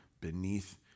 beneath